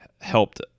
helped